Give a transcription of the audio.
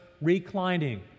reclining